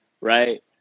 right